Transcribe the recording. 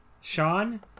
Sean